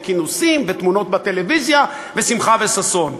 כינוסים ותמונות בטלוויזיה ושמחה וששון.